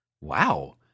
Wow